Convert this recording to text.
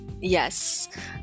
yes